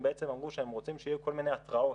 הם בעצם אמרו שהם רוצים שיהיו כל מיני התרעות